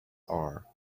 are